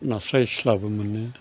नास्राइ निस्लाबो मोनो